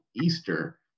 Easter